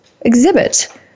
exhibit